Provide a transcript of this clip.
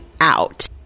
out